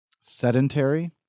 sedentary